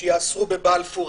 שאם יאסרו בבלפור,